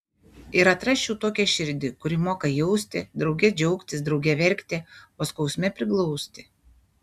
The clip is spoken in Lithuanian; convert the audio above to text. ir atrasčiau tokią širdį kuri moka jausti drauge džiaugtis drauge verkti o skausme priglausti